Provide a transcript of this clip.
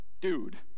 dude